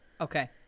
Okay